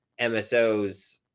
MSOs